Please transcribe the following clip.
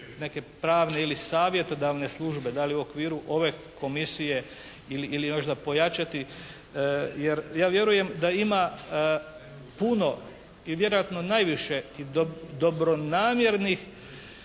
neke pravne ili savjetodavne službe da li u okviru ove komisije ili još za pojačati. Jer ja vjerujem da ima puno i vjerojatno najviše i dobronamjernih